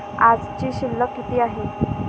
आजची शिल्लक किती आहे?